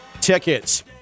tickets